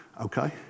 okay